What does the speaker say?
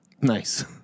Nice